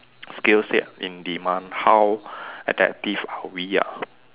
skill set in demand how adaptive are we ah